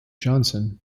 johnson